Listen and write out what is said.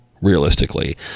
realistically